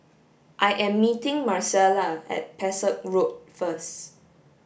I am meeting Marcela at Pesek Road first